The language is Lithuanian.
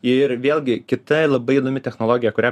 ir vėlgi kita labai įdomi technologija kurią